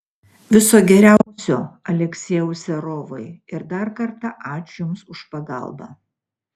viso geriausio aleksejau serovai ir dar kartą ačiū jums už pagalbą